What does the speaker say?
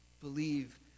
believe